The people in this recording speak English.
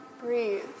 Breathe